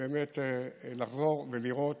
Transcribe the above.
באמת, לחזור ולראות